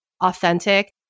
authentic